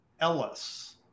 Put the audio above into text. Ellis